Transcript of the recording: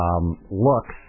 Looks